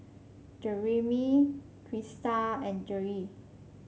Jereme Crysta and Gerri